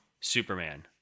Superman